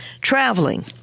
traveling